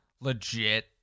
Legit